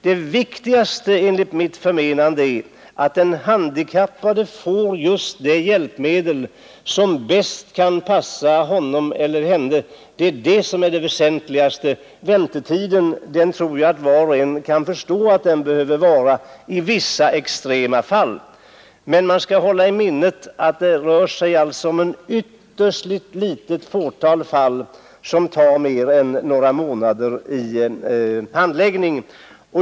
Det viktigaste är enligt mitt förmenande att den handikappade får just det hjälpmedel som bäst passar honom eller henne. Jag tror att var och en kan förstå att väntetiden är ofrånkomlig i vissa extrema fall. Men man skall hålla i minnet att det är ett ytterst litet antal fall som tar mer än några månader i handläggning.